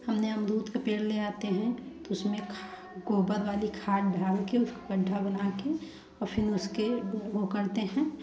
हमने अमरूद का पेड़ ले आते हैं तो उसमें खाद गोबर वाली खाद डाल के उसको गड्ढा बना के और फिर उसके वो करते हैं